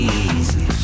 easy